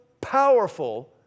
powerful